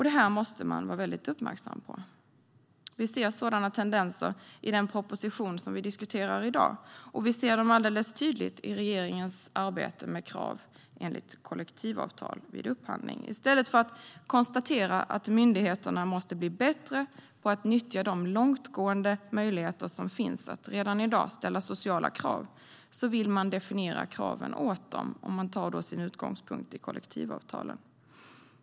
Detta måste man vara mycket uppmärksam på. Vi ser sådana tendenser i den proposition som vi diskuterar i dag, och vi ser dem alldeles tydligt i regeringens arbete med krav enligt kollektavtal vid upphandling. I stället för att konstatera att myndigheterna måste bli bättre på att nyttja de långtgående möjligheter som finns att redan i dag ställa sociala krav vill man definiera kraven åt dem, och man tar då sin utgångspunkt i kollektivavtalen.